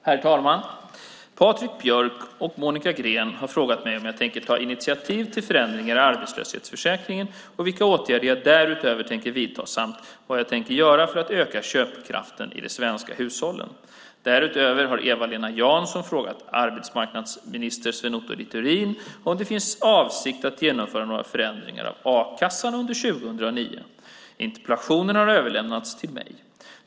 Herr talman! Patrik Björck och Monica Green har frågat mig om jag tänker ta initiativ till förändringar i arbetslöshetsförsäkringen och vilka åtgärder jag därutöver tänker vidta samt vad jag tänker göra för att öka köpkraften i de svenska hushållen. Därutöver har Eva-Lena Jansson frågat arbetsmarknadsminister Sven Otto Littorin om det finns avsikt att genomföra några förändringar av a-kassan under 2009. Interpellationen har överlämnats till mig.